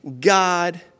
God